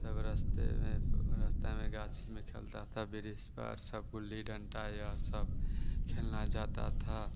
सब रस्ते में तो रास्ता में गाची में खेलते थे इस पार सब गुल्ली डंडा या सब खेलने जाते थे